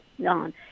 done